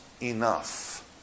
enough